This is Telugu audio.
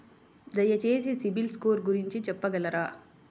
దయచేసి సిబిల్ స్కోర్ గురించి చెప్పగలరా?